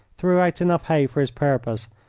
threw out enough hay for his purpose,